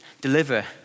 deliver